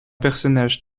personnage